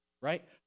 right